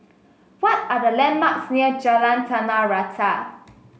what are the landmarks near Jalan Tanah Rata